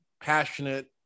passionate